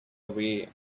away